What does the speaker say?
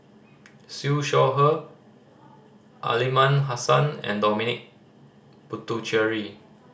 Siew Shaw Her Aliman Hassan and Dominic Puthucheary